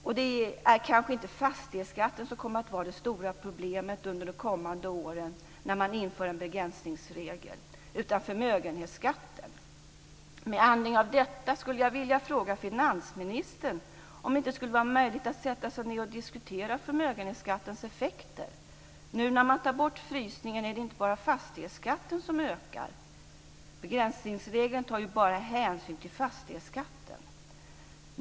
Och det kanske inte är fastighetsskatten som kommer att vara det stora problemet under de kommande åren när man inför en begränsningsregel utan förmögenhetsskatten. Med anledning av detta skulle jag vilja fråga finansministern om det inte är möjligt att sätta sig ned och diskutera förmögenhetsskattens effekter. Nu när man tar bort frysningen är det inte bara fastighetsskatten som ökar. Begränsningsregeln tar ju bara hänsyn till fastighetsskatten.